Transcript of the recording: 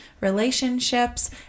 relationships